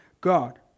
God